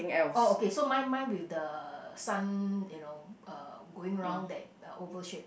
oh okay so mine mine with the sun you know uh going round that uh oval shape